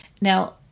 Now